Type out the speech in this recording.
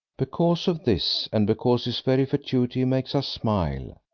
because of this, and because his very fatuity makes us smile,